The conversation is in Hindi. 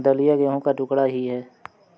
दलिया गेहूं का टुकड़ा ही है